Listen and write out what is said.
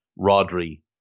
Rodri